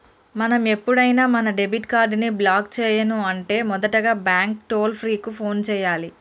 మనం ఎప్పుడైనా మన డెబిట్ కార్డ్ ని బ్లాక్ చేయను అంటే మొదటగా బ్యాంకు టోల్ ఫ్రీ కు ఫోన్ చేయాలి